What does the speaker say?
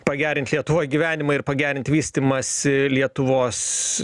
pagerint lietuvoje gyvenimą ir pagerint vystymąsi lietuvos